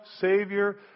Savior